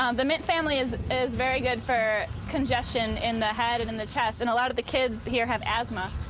um the mint family is very good for congestion in the head and in the chest, and a lot of the kids here have asthma.